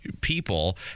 people